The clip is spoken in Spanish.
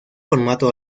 formato